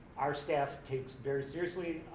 our staff takes very seriously,